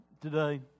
today